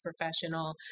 professional